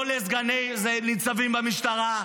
לא לסגני ניצבים במשטרה,